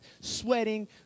sweating